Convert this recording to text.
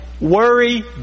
Worry